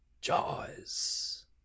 Jaws